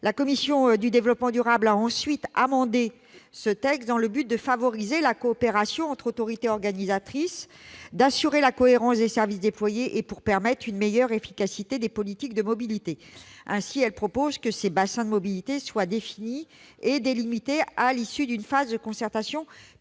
La commission du développement durable a amendé ce texte afin de favoriser la coopération entre autorités organisatrices, d'assurer la cohérence des services déployés et de permettre une meilleure efficacité des politiques de mobilité. Ainsi propose-t-elle que ces bassins de mobilité soient définis et délimités à l'issue d'une phase de concertation pilotée